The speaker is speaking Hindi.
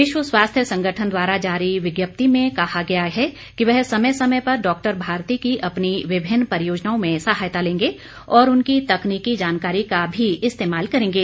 विश्व स्वास्थ्य संगठन द्वारा जारी विज्ञप्ति में कहा गया है कि यह समय समय पर डॉक्टर भारती की अपनी विभिन्न परियोजनाओं में सहायता लेंगे और उनकी तकनीकी जानकारी का भी इस्तेमाल करेंगे